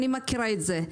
אני מכירה את זה.